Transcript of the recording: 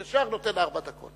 אני ישר נותן ארבע דקות.